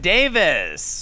Davis